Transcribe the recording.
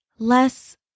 less